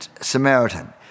Samaritan